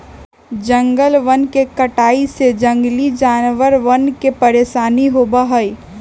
जंगलवन के कटाई से जंगली जानवरवन के परेशानी होबा हई